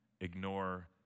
ignore